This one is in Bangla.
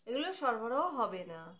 এগুলো সরবরাহ হবে না